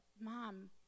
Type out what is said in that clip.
Mom